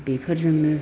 बेफोरजोंनो